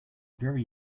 very